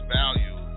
value